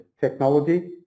technology